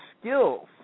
skills